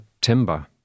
timber